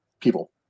people